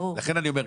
לכן אני אומר,